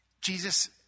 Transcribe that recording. Jesus